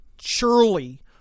surely